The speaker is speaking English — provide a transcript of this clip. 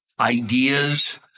ideas